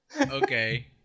okay